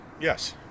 yes